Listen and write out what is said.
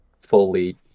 fully